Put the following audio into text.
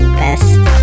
best